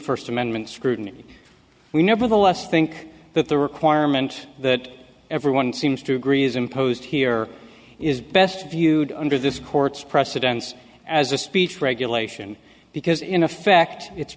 first amendment scrutiny we nevertheless think that the requirement that everyone seems to agree is imposed here is best viewed under this court's precedents as a speech regulation because in effect it's